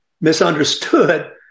Misunderstood